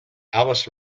alice